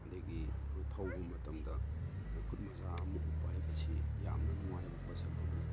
ꯑꯗꯒꯤ ꯑꯗꯨ ꯊꯧꯕ ꯃꯇꯝꯗ ꯈꯨꯠ ꯃꯣꯖꯥ ꯑꯃ ꯎꯞꯄ ꯍꯥꯏꯕꯁꯤ ꯌꯥꯝꯅ ꯅꯨꯡꯉꯥꯏꯕ ꯄꯣꯠꯁꯛ ꯑꯃꯅꯤ